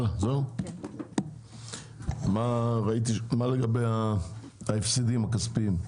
מה לגבי ההפסדים הכספיים,